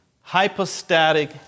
hypostatic